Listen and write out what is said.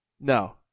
No